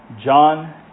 John